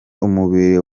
umubiri